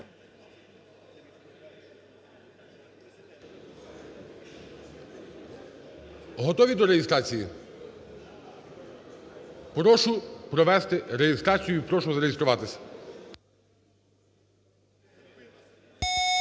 Готові до реєстрації? Прошу провести реєстрацію. Прошу зареєструватись.